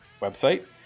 website